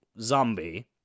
zombie